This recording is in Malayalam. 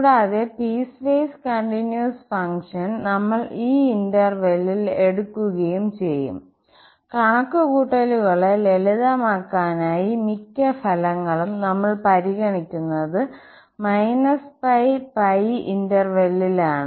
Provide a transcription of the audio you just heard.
കൂടാതെ പീസ്വേസ് കണ്ടിന്യൂസ് ഫംഗ്ഷൻ നമ്മൾ ഈ ഇന്റെർവെല്ലിൽ എടുക്കുകയും ചെയ്യും കണക്കുകൂട്ടലുകളെ ലളിതമാക്കാനായി മിക്ക ഫലങ്ങളും നമ്മൾ പരിഗണിക്കുന്നത് ൽ ആണ്